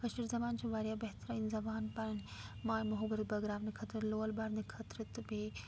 کٲشِر زَبان چھِ واریاہ بہتریٖن زَبان پَنٕنۍ ماے محبت بٲگراونہٕ خٲطرٕ لول بھرنہٕ خٲطرٕ تہٕ بیٚیہِ